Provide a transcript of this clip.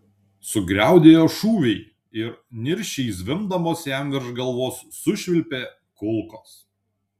sugriaudėjo šūviai ir niršiai zvimbdamos jam virš galvos sušvilpė kulkos